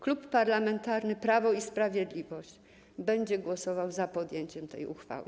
Klub Parlamentarny Prawo i Sprawiedliwość będzie głosował za podjęciem tej uchwały.